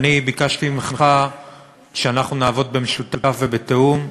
ביקשתי ממך שנעבוד במשותף ובתיאום,